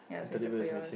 ya favourite call yours